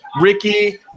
Ricky